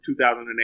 2008